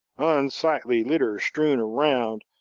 unsightly litter strewn around,